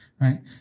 Right